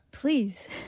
please